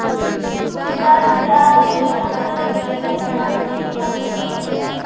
तु बाजार से आते हुए हमारा ला वित्तीय अर्थशास्त्र की किताब लेते अइहे